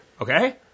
Okay